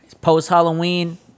post-Halloween